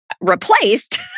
Replaced